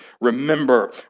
remember